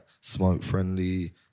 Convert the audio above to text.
smoke-friendly